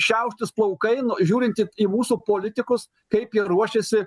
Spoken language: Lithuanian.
šiauštis plaukai nuo žiūrint į mūsų politikus kaip jie ruošiasi